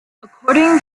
according